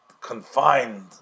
confined